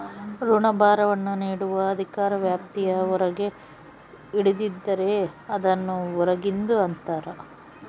ಋಣಭಾರವನ್ನು ನೀಡುವ ಅಧಿಕಾರ ವ್ಯಾಪ್ತಿಯ ಹೊರಗೆ ಹಿಡಿದಿದ್ದರೆ, ಅದನ್ನು ಹೊರಗಿಂದು ಅಂತರ